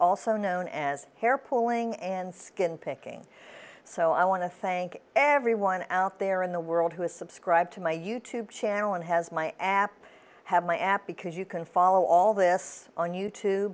also known as hair pulling and skin picking so i want to thank everyone out there in the world who has subscribed to my youtube channel and has my app have my app because you can follow all this on you